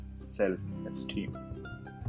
self-esteem